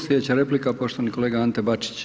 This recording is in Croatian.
Sljedeća replika poštovani kolega Ante Bačić.